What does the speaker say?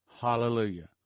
hallelujah